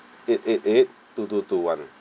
eight eight eight two two two one